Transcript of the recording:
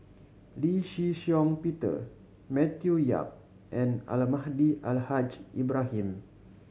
Lee Shih Shiong Peter Matthew Yap and Almahdi Al Haj Ibrahim